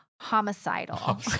homicidal